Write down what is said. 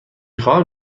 خواهم